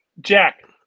Jack